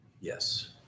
Yes